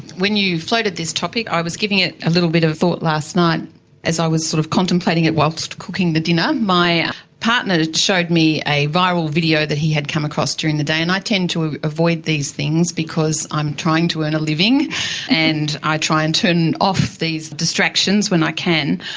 when you floated this topic i was giving it a little bit of thought last night as i was sort of contemplating it whilst cooking the dinner. my partner showed me a viral video that he had come across during the day, and i tend to avoid these things because i'm trying to earn a living and i try and turn off these distractions when i can.